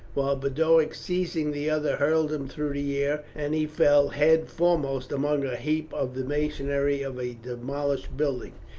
while boduoc seizing the other hurled him through the air, and he fell head foremost among a heap of the masonry of a demolished building.